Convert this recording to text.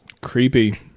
Creepy